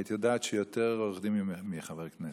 היית יודעת שהוא יותר עורך דין מחבר כנסת.